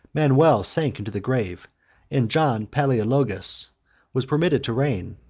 manuel sank into the grave and john palaeologus was permitted to reign,